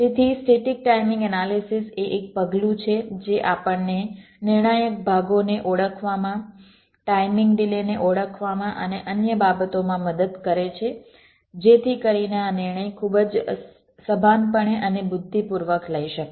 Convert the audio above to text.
તેથી static timing analysis એ એક પગલું છે જે આપણને નિર્ણાયક ભાગોને ઓળખવામાં ટાઇમિંગ ડિલે ને ઓળખવામાં અને અન્ય બાબતોમાં મદદ કરે છે જેથી કરીને આ નિર્ણય ખૂબ જ સભાનપણે અને બુદ્ધિપૂર્વક લઈ શકાય